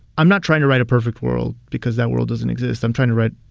i'm not trying to write a perfect world because that world doesn't exist. i'm trying to write,